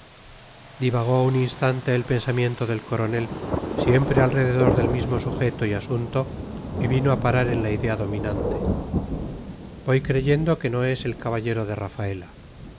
divagó un instante el pensamiento del coronel siempre alrededor del mismo sujeto y asunto y vino a parar en la idea dominante voy creyendo que no es el caballero de rafaela